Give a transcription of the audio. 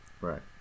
right